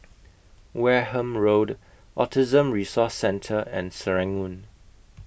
Wareham Road Autism Resource Centre and Serangoon